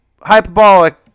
hyperbolic